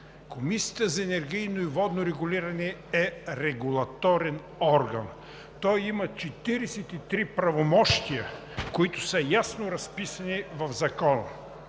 Комисията за енергийно и водно регулиране е регулаторен орган. Той има 43 правомощия, които са ясно разписани в Закона